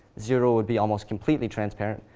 zero would be almost completely transparent.